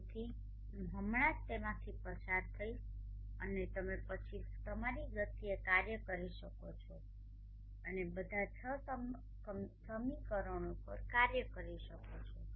તેથી હું હમણાં જ તેમાંથી પસાર થઈશ અને તમે પછી તમારી ગતિએ કાર્ય કરી શકો છો અને બધા છ સમીકરણો પર કાર્ય કરી શકો છો